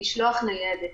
לשלוח ניידת.